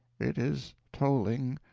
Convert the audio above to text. it is tolling.